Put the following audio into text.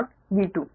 V 2